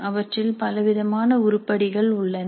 அவற்றில் பலவிதமான உருப்படிகள் உள்ளன